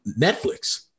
netflix